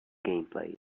gameplay